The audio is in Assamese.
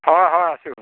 হয় হয় আছোঁ